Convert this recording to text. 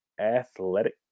Athletic